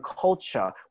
culture